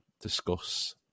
discuss